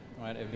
right